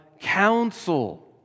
counsel